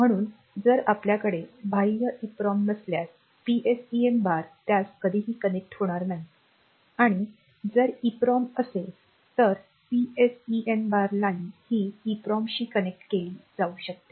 म्हणून जर आपल्याकडे बाह्य EPROM नसल्यास PSEN बार त्यास कधीही कनेक्ट होणार नाही आणि जर EPROM असेल तर PSEN बार लाइन ही EPROM शी कनेक्ट केली जाऊ शकते